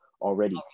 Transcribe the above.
already